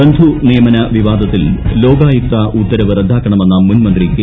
ബന്ധുനിയമന വിവാദത്തിൽ ലോകായുക്ത ഉത്തരവ് റദ്ദാക്കണമെന്ന മുൻമന്ത്രി കെ